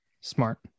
smart